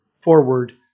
forward